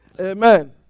Amen